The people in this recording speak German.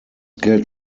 geld